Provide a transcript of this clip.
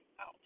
out